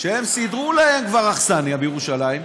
שכבר סידרו להם אכסניה בירושלים,